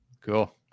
cool